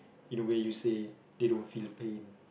in a way you say they don't feel pain